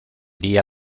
día